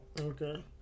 Okay